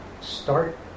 start